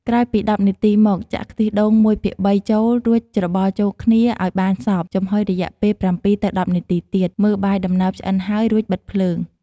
ក្រោយពី១០នាទីមក ចាក់ខ្ទិះដូង១ភាគ៣ ចូល រួចច្របល់ចូលគ្នាឱ្យបានសព្វ ចំហុយរយៈពេល ៧ទៅ១០នាទីទៀត មើលបាយដំណើបឆ្អិនហើយ រួចបិទភ្លើង។